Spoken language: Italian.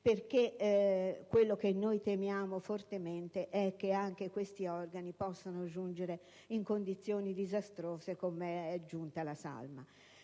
perché quello che noi temiamo fortemente è che anche questi organi possano giungere in condizioni disastrose, come è giunta la salma.